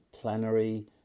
plenary